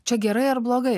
čia gerai ar blogai